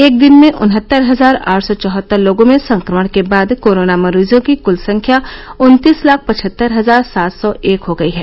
एक दिन में उनहत्तर हजार आठ सौ चौहत्तर लोगों में संक्रमण के बाद कोरोना मरीजों की क्ल संख्या उत्तीस लाख पचहत्तर हजार सात सौ एक हो गई है